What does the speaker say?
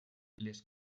les